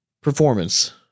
performance